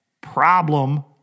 problem